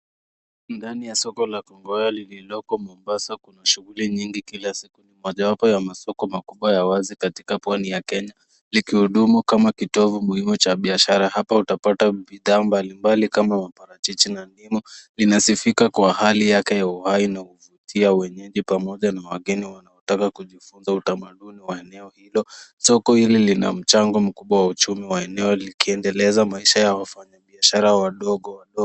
Ndani ya soko la Kongowea lililoko Mombasa kuna shughuli nyingi kila siku. Ni mojawapo ya masoko makubwa ya wazi katika pwani ya Kenya. Likihudumu kama kitovu muhimu cha biashara. Hapa utapata bidhaa mbalimbali kama maparachichi na ndimu. Linasifika kwa hali yake ya uhai na huvutia wenyeji pamoja na wageni wanaotaka kujifunza utamaduni wa eneo hilo. Soko hili lina mchango mkubwa wa uchumi wa eneo likiendeleza maisha ya wafanyabiashara wadogo wadogo.